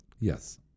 Yes